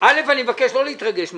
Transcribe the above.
אני מבקש לא להתרגש מהצעקות,